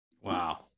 Wow